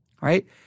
right